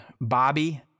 Bobby